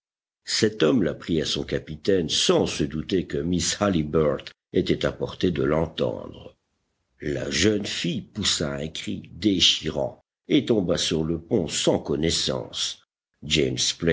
cet homme l'apprit à son capitaine sans se douter que miss halliburtt était à portée de l'entendre la jeune fille poussa un cri déchirant et tomba sur le pont sans connaissance james